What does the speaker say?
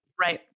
right